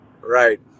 Right